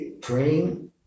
praying